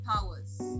powers